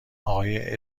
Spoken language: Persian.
آقای